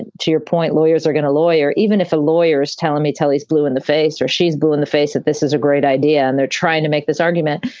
and to your point, lawyers are going to lawyer. even if a lawyer is telling me tell he's blue in the face or she's blue in the face, that this is a great idea. and they're trying to make this argument.